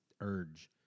urge